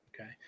okay